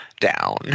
down